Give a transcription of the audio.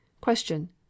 Question